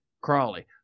Crawley